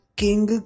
king